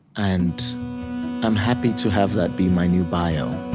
and i'm happy to have that be my new bio